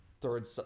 third